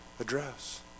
address